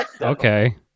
Okay